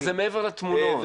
אבל זה מעבר לתמונות.